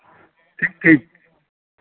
ᱴᱷᱤᱠ ᱴᱷᱤᱠ